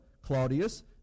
Claudius